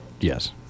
yes